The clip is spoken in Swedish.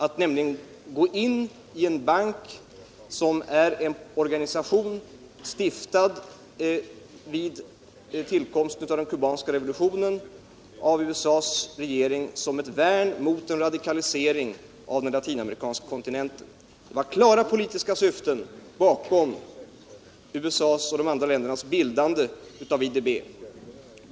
Här gäller det ju att vara med i en bank, som är en organisation, stiftad av USA:s regering i samband med tillkomsten av den kubanska revolutionen som ett värn mot en radikalisering av den latinamerikanska kontinenten. Det var klara politiska syften bakom USA:s och de andra ländernas bildande av 1DB.